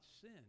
sin